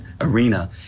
arena